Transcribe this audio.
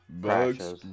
bugs